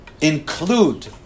include